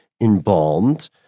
embalmed